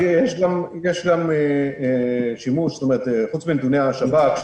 חוץ מנתוני השב"כ,